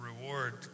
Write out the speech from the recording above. reward